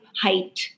height